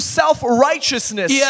self-righteousness